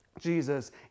Jesus